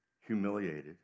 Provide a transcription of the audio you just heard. humiliated